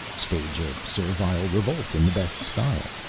stage a servile revolt in the best style.